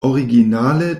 originale